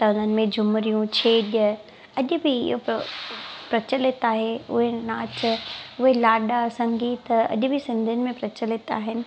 तरनि में झूमरियूं छेॼ अॼु बि इहो प्रचलित आहे उहे नाच उहे लाॾा संगीत अॼु बि सिंधियुनि में प्रचलित आहिनि